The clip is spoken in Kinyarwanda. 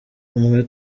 umwe